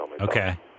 Okay